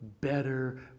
better